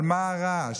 על מה הרעש?